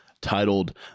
titled